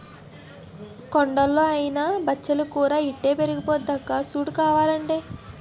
కొండల్లో అయినా బచ్చలి కూర ఇట్టే పెరిగిపోద్దక్కా సూడు కావాలంటే